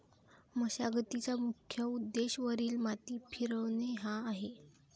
मशागतीचा मुख्य उद्देश वरील माती फिरवणे हा आहे